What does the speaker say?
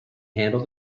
handle